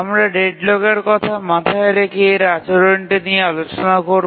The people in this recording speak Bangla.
আমরা ডেডলকের কথা মাথায় রেখে এর আচরণটি নিয়ে আলোচনা করব